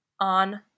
On